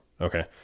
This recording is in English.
Okay